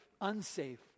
unsafe